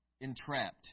entrapped